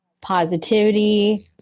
positivity